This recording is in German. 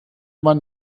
man